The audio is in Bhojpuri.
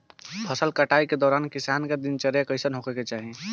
फसल कटाई के दौरान किसान क दिनचर्या कईसन होखे के चाही?